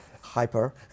hyper